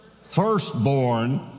firstborn